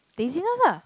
laziness ah